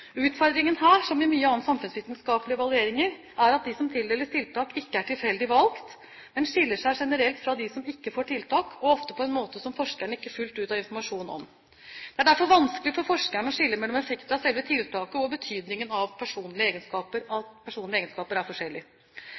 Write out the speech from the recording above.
Utfordringen her, som i mange andre samfunnsvitenskapelige evalueringer, er at de som tildeles tiltak, ikke er tilfeldig valgt, men skiller seg generelt ut fra dem som ikke får tiltak, og ofte på en måte som forskerne ikke fullt ut har informasjon om. Det er derfor vanskelig for forskerne å skille mellom effekter av selve tiltaket og betydningen av at personlige egenskaper er